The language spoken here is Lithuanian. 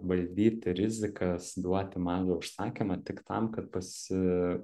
valdyti rizikas duoti mažą užsakymą tik tam kad pasi